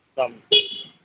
اسلام و علیکم